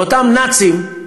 ואותם נאצים,